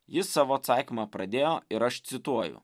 jis savo atsakymą pradėjo ir aš cituoju